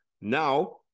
now